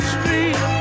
Street